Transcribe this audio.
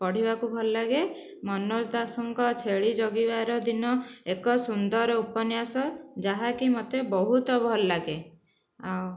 ପଢ଼ିବାକୁ ଭଲ ଲାଗେ ମନୋଜ ଦାସଙ୍କ ଛେଳି ଜଗିବାର ଦିନ ଏକ ସୁନ୍ଦର ଉପନ୍ୟାସ ଯାହାକି ମୋତେ ବହୁତ ଭଲ ଲାଗେ ଆଉ